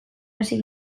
hasi